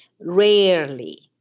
Rarely